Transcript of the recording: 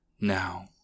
Now